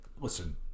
listen